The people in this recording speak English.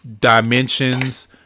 dimensions